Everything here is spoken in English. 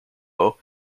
while